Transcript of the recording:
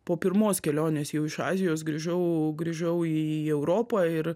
po pirmos kelionės jau iš azijos grįžau grįžau į europą ir